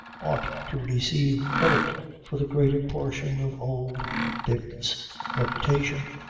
ought to receive credit for the greater portion of old dick's reputation,